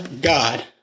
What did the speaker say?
God